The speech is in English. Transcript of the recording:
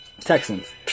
Texans